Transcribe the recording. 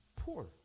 poor